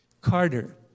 Carter